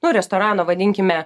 nu restorano vadinkime